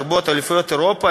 לרבות אליפויות אירופה,